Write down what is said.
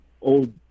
old